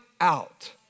out